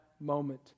moment